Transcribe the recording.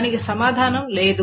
దానికి సమాధానం లేదు